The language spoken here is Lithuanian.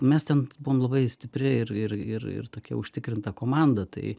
mes ten buvom labai stipri ir ir ir tokia užtikrinta komanda tai